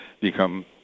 become